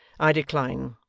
i decline.